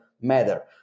matter